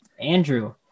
Andrew